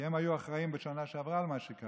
כי הם היו אחראים בשנה שעברה על מה שקרה.